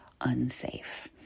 unsafe